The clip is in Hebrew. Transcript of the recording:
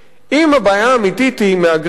אם הבעיה האמיתית היא מהגרי עבודה,